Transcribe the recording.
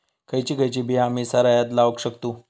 खयची खयची बिया आम्ही सरायत लावक शकतु?